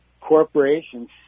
corporations